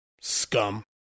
Scum